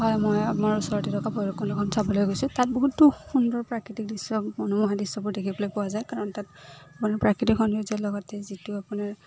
হয় মই আমাৰ ওচৰতে থকা ভৈৰৱকুণ্ডখন চাবলৈ গৈছোঁ তাত বহুতো সুন্দৰ প্ৰাকৃতিক দৃশ্য মনোমোহা দৃশ্যবোৰ দেখিবলৈ পোৱা যায় কাৰণ তাত আপোনাৰ প্ৰাকৃতিক সৌন্দৰ্য লগতে যিটো আপোনাৰ